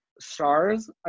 stars